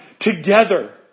together